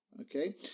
okay